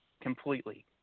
completely